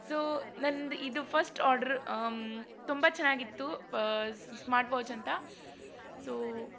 so ನಂದು ಇದು first order ತುಂಬ ಚೆನ್ನಾಗಿತ್ತು ಪ ಸ್ಮಾರ್ಟ್ ವಾಚ್ ಅಂತ ಸೊ